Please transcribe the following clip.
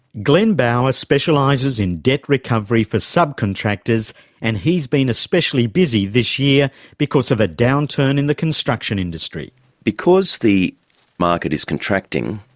glenn bower specialises in debt recovery for subcontractors and he's been especially busy this year because of a downturn in the construction industry. because the market is contracting,